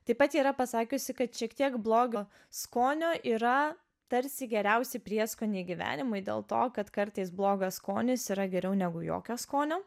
taip pat ji yra pasakiusi kad šiek tiek blogio skonio yra tarsi geriausi prieskoniai gyvenimui dėl to kad kartais blogas skonis yra geriau negu jokio skonio